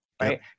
Right